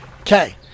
Okay